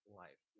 life